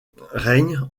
règne